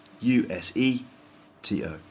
U-S-E-T-O